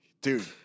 Dude